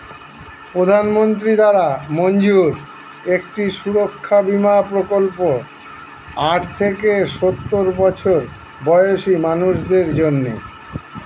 প্রধানমন্ত্রী দ্বারা মঞ্জুর একটি সুরক্ষা বীমা প্রকল্প আট থেকে সওর বছর বয়সী মানুষদের জন্যে